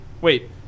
wait